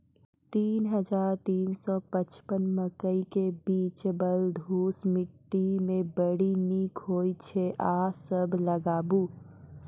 तीन हज़ार तीन सौ पचपन मकई के बीज बलधुस मिट्टी मे बड़ी निक होई छै अहाँ सब लगाबु?